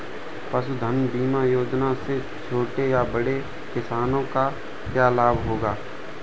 पशुधन बीमा योजना से छोटे या बड़े किसानों को क्या लाभ होगा?